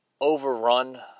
overrun